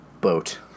boat